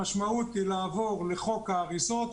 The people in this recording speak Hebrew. המשמעות היא לעבור לחוק האריזות,